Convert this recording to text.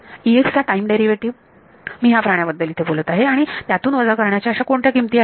चा time derivative मी या प्राण्याबद्दल इथे बोलत आहे आणि यातून वजा करण्याच्या अशा कोणत्या किमती आहेत